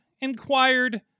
inquired